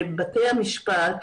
בבתי המשפט,